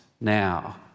now